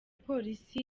polisi